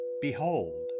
behold